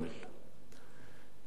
כ-1,000 בתים שם